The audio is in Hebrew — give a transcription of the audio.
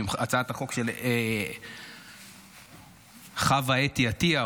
עם הצעת החוק של חוה אתי עטייה,